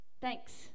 thanks